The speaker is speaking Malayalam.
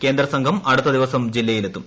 കേന്ദ്ര സംഘം അടുത്ത ദിവസം ജില്ലയിലെത്തും